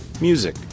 Music